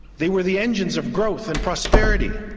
they were the engines of growth and prosperity.